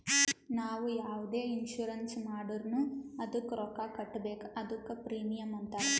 ನಾವು ಯಾವುದೆ ಇನ್ಸೂರೆನ್ಸ್ ಮಾಡುರ್ನು ಅದ್ದುಕ ರೊಕ್ಕಾ ಕಟ್ಬೇಕ್ ಅದ್ದುಕ ಪ್ರೀಮಿಯಂ ಅಂತಾರ್